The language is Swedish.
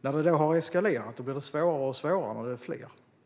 När det nu har eskalerat och är fler blir det svårare och svårare.